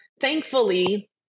thankfully